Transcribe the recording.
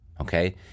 Okay